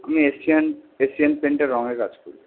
আমি Asian Asian পেন্টের রঙের কাজ করি